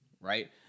right